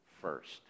first